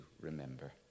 remember